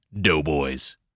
Doughboys